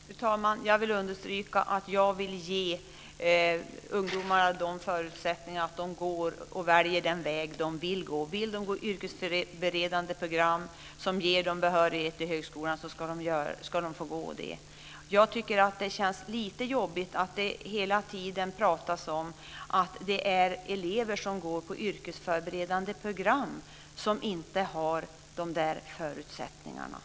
Fru talman! Jag vill understryka att jag vill ge ungdomarna förutsättningar att välja den väg som de vill gå. Vill de gå på ett yrkesförberedande program som ger dem behörighet till högskolan ska de få göra det. Jag tycker att det känns lite jobbigt att det hela tiden pratas om att det är elever som går på yrkesförberedande program som inte har de här förutsättningarna.